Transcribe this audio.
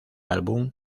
álbum